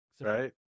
Right